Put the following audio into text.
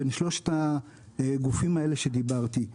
בין שלושת הגופים האלה שדיברתי עליהם.